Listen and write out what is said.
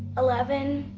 eleven,